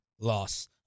loss